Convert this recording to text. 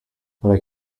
but